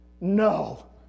No